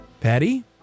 Patty